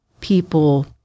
people